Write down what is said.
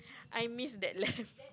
I miss that lamb